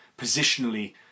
positionally